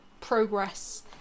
progress